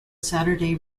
saturday